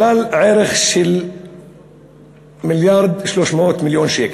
ערך של מיליארד ו-300 מיליון שקל.